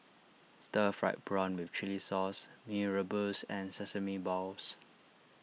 Stir Fried Prawn with Chili Sauce Mee Rebus and Sesame Balls